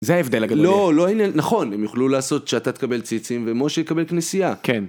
זה ההבדל הגדול לא לא נכון הם יוכלו לעשות שאתה תקבל ציצים ומשה יקבל כנסייה כן.